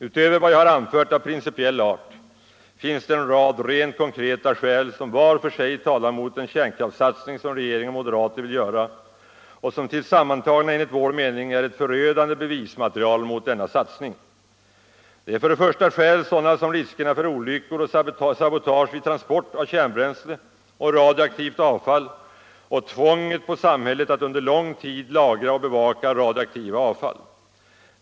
Utöver vad jag har anfört av principiell art finns det en rad rent konkreta skäl som var för sig talar emot den kärnkraftssatsning som regering och moderater vill göra och som tillsammanslagna enligt vår mening är ett förödande bevismaterial mot denna satsning. Det är först och främst skäl sådana som riskerna för olyckor och sabotage vid transport av kärnbränsle och radioaktivt avfall och tvånget på samhället att under lång tid lagra och bevaka radioaktivt avfall.